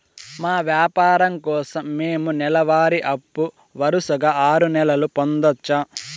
మా వ్యాపారం కోసం మేము నెల వారి అప్పు వరుసగా ఆరు నెలలు పొందొచ్చా?